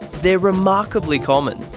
they are remarkably common.